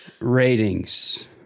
Ratings